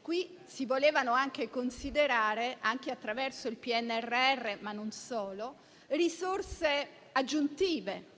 qui si volevano anche considerare, anche attraverso il PNRR ma non solo, risorse aggiuntive.